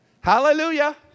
Hallelujah